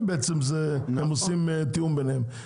עושים תיאום ביניהם.